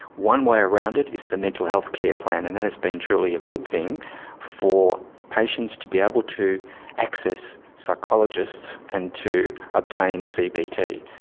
one way around it is the mental health care plan and that has been truly a good thing for patients to be able to access psychologists and to obtain cbt.